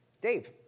Dave